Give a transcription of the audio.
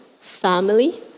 family